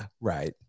right